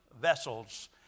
vessels